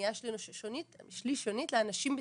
המניעה השלישונית לאנשים בסיכון,